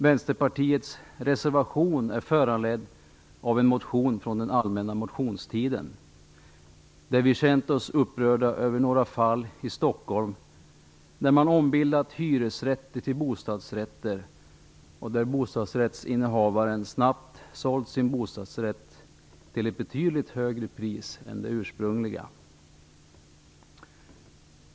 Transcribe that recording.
Vänsterpartiets reservation är föranledd av en motion från den allmänna motionstiden där vi känt oss upprörda över några fall i Stockholm där man ombildat hyresrätter till bostadsrätter och där bostadsrättsinnehavaren snabbt sålt sin bostadsrätt till ett betydligt högre pris än det ursprungliga.